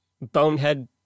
bonehead